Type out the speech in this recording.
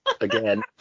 Again